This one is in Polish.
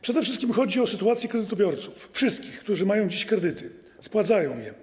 Przede wszystkim chodzi o sytuację kredytobiorców - wszystkich, którzy mają dziś kredyty, spłacają je.